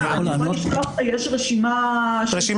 בינתיים הוא השתמש בזה כדי לבחון את הדרך שבה